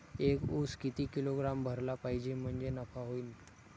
एक उस किती किलोग्रॅम भरला पाहिजे म्हणजे नफा होईन?